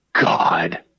God